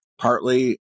partly